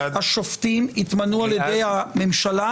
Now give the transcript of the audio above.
הציבור הישראלי ישפוט.